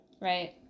Right